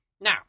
Now